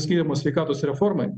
skiriamos sveikatos reformai